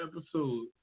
episode